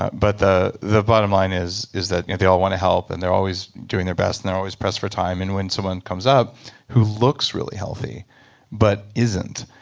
but the the bottom line is is that they all want to help and they're always doing their best and they're always pressed for time and when someone comes up who looks really healthy but isn't,